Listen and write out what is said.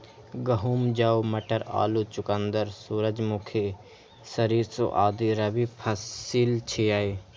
गहूम, जौ, मटर, आलू, चुकंदर, सूरजमुखी, सरिसों आदि रबी फसिल छियै